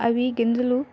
అవి గింజలు